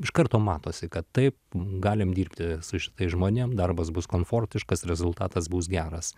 iš karto matosi kad taip galim dirbti su tais žmonėm darbas bus komfortiškas rezultatas bus geras